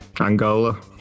Angola